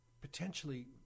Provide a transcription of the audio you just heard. potentially